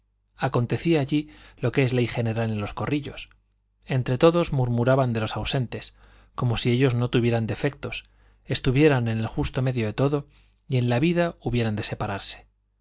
acontecía allí lo que es ley general de los corrillos entre todos murmuraban de los ausentes como si ellos no tuvieran defectos estuvieran en el justo medio de todo y en la vida hubieran de separarse